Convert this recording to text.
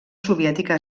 soviètica